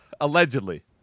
Allegedly